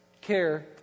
Care